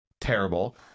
Terrible